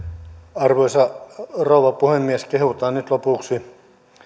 arvoisa rouva puhemies kehutaan nyt lopuksi